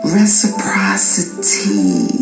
reciprocity